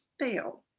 fail